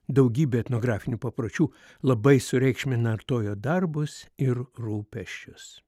daugybė etnografinių papročių labai sureikšmina artojo darbus ir rūpesčius